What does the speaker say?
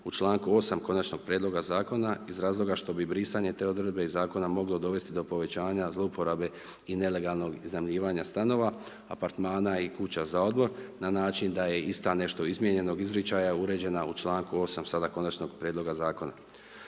u članku 8., konačnog prijedloga Zakona, iz razloga što bi brisanje te odredbe iz Zakona, moglo dovesti do povećanja zlouporabe i nelegalnog iznajmljivanja stanova, apartmana i kuća za odmor, na način da je ista, nešto izmijenjenog izričaja, uređena u članku 8., sada konačnog prijedloga Zakona.